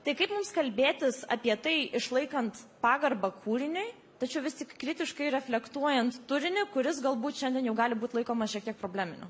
tai kaip mums kalbėtis apie tai išlaikant pagarbą kūriniui tačiau vistik kritiškai reflektuojant turinį kuris galbūt šiandien jau gali būt laikomas šiek tiek probleminiu